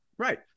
Right